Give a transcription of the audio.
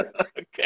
Okay